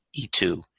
E2